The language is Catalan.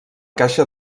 caixa